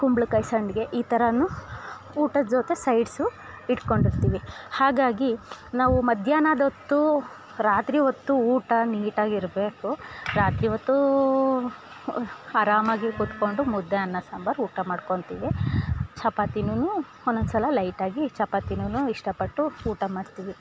ಕುಂಬ್ಳಕಾಯಿ ಸಂಡಿಗೆ ಈ ಥರಾ ಊಟದ ಜೊತೆ ಸೈಡ್ಸು ಇಟ್ಕೊಂಡಿರ್ತಿವಿ ಹಾಗಾಗಿ ನಾವು ಮಧ್ಯಾಹ್ನದೊತ್ತು ರಾತ್ರಿ ಹೊತ್ತು ಊಟ ನೀಟಾಗಿರಬೇಕು ರಾತ್ರಿ ಹೊತ್ತೂ ಆರಾಮಾಗಿ ಕುತ್ಕೊಂಡು ಮುದ್ದೆ ಅನ್ನ ಸಾಂಬಾರು ಊಟ ಮಾಡ್ಕೊತೀವಿ ಚಪಾತಿನೂ ಒಂದೊಂದ್ ಸಲ ಲೈಟಾಗಿ ಚಪಾತಿನೂ ಇಷ್ಟ ಪಟ್ಟು ಊಟ ಮಾಡ್ತೀವಿ